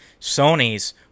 sony's